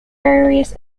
various